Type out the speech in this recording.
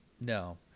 No